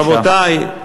רבותי מי